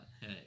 Hey